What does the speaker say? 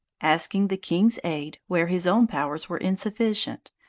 asking the king's aid, where his own powers were insufficient,